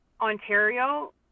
Ontario